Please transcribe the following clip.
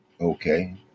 Okay